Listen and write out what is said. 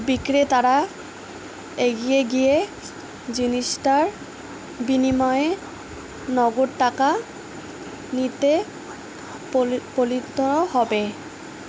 বিক্রেতারা এগিয়ে গিয়ে জিনিসটার বিনিময়ে নগদ টাকা নিতে হবে